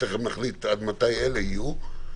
שתכף נחליט עד מתי אלה יהיו,